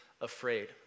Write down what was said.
afraid